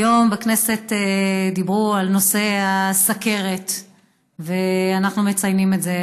היום בכנסת דיברו בנושא הסוכרת ואנחנו מציינים את היום הזה.